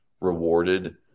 rewarded